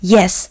Yes